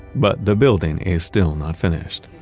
but the building is still not finished